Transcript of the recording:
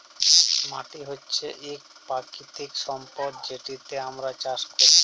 মাটি হছে ইক পাকিতিক সম্পদ যেটতে আমরা চাষ ক্যরি